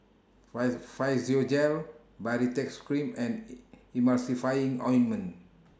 Physiogel Baritex Cream and Ointment